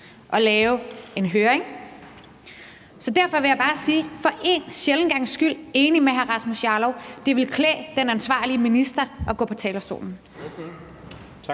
og lave en høring. Derfor vil jeg bare sige, at jeg for en sjælden gangs skyld er enig med hr. Rasmus Jarlov – det ville klæde den ansvarlige minister at gå på talerstolen.